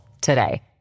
today